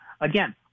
again